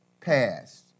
passed